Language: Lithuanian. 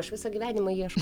aš visą gyvenimą ieškau